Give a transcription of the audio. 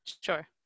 Sure